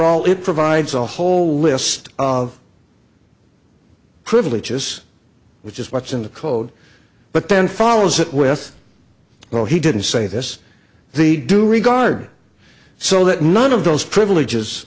all it provides a whole list of privileges which is what's in the code but then follows it with well he didn't say this the due regard so that none of those privileges